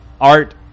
art